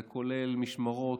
זה כולל משמרות,